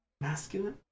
masculine